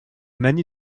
manie